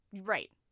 Right